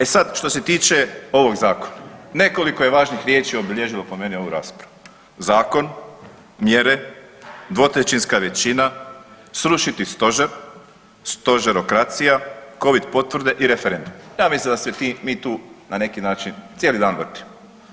E sad što se tiče ovog zakona, nekoliko je važnih riječi obilježilo po meni ovu raspravu, zakon, mjere, dvotrećinska većina, srušiti stožer, stožerokracija, covid potvrde i referendum, ja mislim da se mi tu na neki način cijeli dan vrtimo.